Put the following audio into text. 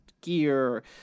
gear